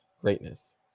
greatness